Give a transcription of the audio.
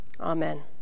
Amen